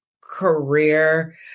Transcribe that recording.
career